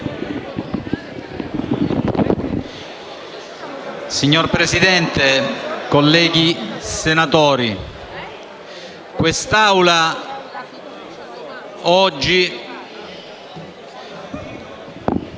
Signor Presidente, colleghi senatori, questa Assemblea oggi...